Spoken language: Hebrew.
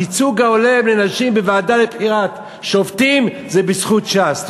שהייצוג ההולם לנשים בוועדה לבחירת שופטים זה בזכות ש"ס.